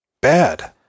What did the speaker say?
Bad